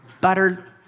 butter